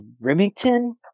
Remington